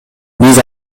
биз